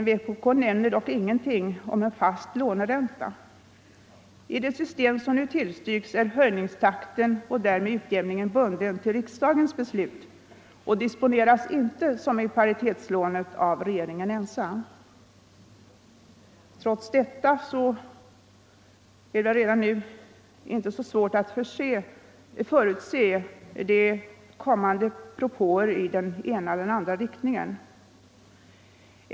Vpk nämner dock ingenting om en fast låneränta. I det system som nu tillstyrks är höjningstakten och därmed utjämningen bunden till riksdagens beslut och disponeras inte som i paritetslånet av regeringen ensam. Trots detta är det väl inte svårt att redan nu förutse kommande propåer i den ena eller andra riktningen.